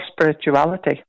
spirituality